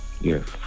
Yes